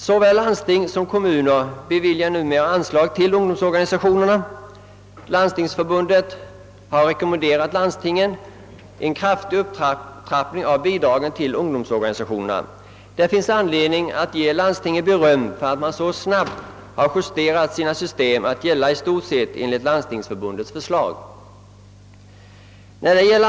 Såväl landsting som kommuner beviljar numera anslag till ungdomsorganisationerna. Landstingsförbundet har rekommenderat landstingen en kraftig upptrappning av bidragen till dessa organisationer. Det finns anledning att ge landstingen beröm för att man så snabbt har justerat sina bidragssystem till att i stort sett överensstämma med Landstingsförbundets förslag.